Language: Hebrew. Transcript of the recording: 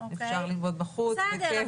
אפשר ללמוד בחוץ, בכיף.